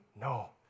No